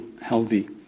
healthy